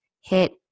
hit